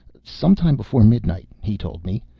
some time before midnight, he told me,